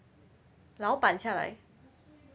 老板下来